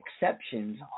exceptions